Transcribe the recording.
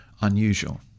unusual